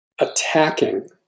attacking